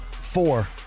Four